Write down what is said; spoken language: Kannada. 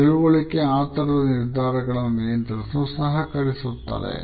ಈ ತಿಳುವಳಿಕೆ ಆತುರದ ನಿರ್ಧಾರಗಳನ್ನು ನಿಯಂತ್ರಿಸಲು ಸಹಕರಿಸುತ್ತದೆ